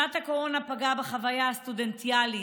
שנת הקורונה פגעה בחוויה הסטודנטיאלית,